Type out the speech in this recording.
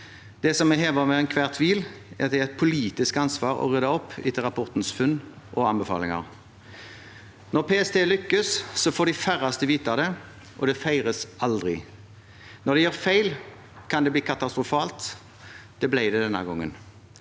Det som er hevet over enhver tvil, er at det er et politisk ansvar å rydde opp etter rapportens funn og anbefalinger. Når PST lykkes, får de færreste vite det, og det feires aldri. Når de gjør feil, kan det bli katastrofalt. Det ble det denne gangen.